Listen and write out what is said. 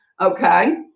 Okay